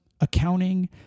accounting